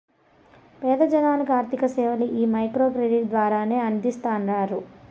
పేద జనాలకి ఆర్థిక సేవలు ఈ మైక్రో క్రెడిట్ ద్వారానే అందిస్తాండారు